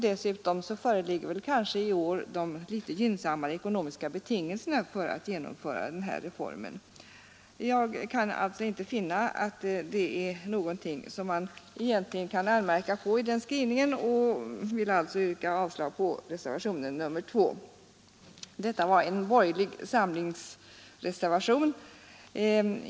Dessutom föreligger kanske i år de litet gynnsammare ekonomiska betingelserna för att genomföra den här reformen. Jag kan alltså inte finna någonting att anmärka på i denna utskottets skrivning och vill därför yrka avslag på reservationen 2 som är en borgerlig samlingsreservation.